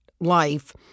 life